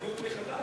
זה דיון מחדש?